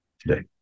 today